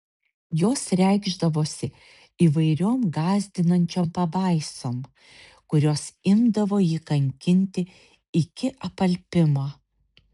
jos reikšdavosi įvairiom gąsdinančiom pabaisom kurios imdavo jį kankinti iki apalpimo